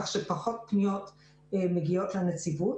כך שיש פחות פניות מגיעות לנציבות.